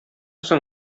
соң